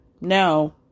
no